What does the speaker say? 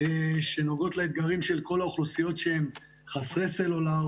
שנוגעות לאתגרים של כל האוכלוסיות שהן חסרי סלולר,